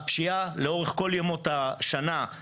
הפשיעה לאורך כל ימות השונה,